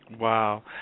Wow